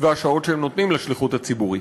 והשעות שהם נותנים לשליחות הציבורית.